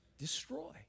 destroy